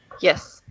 Yes